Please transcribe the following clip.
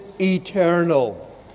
eternal